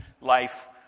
life